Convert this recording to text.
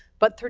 but,